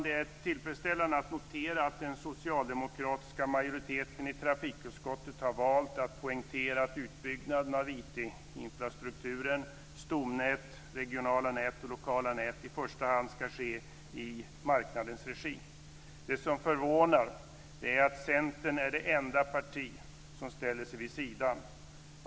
Det är tillfredsställande att notera att den socialdemokratiska majoriteten i trafikutskottet har valt att poängtera att utbyggnaden av IT i första hand ska ske i marknadens regi. Det som förvånar är att Centern är det enda parti som ställer sig vid sidan.